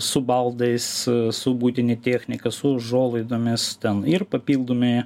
su baldais su buitine technika su užuolaidomis ten ir papildomi